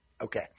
Okay